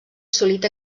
assolit